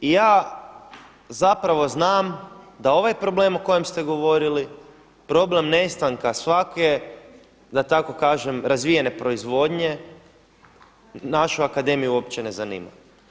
I ja zapravo znam da ovaj problem o kojem ste govorili problem nestanka svake da tako kažem razvijene proizvodnje našu akademiju uopće ne zanima.